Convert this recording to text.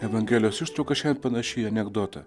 evangelijos ištrauka šiandien panaši į anekdotą